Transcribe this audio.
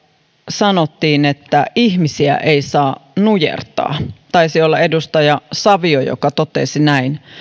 sanottiin että ihmisiä ei saa nujertaa taisi olla edustaja savio joka totesi näin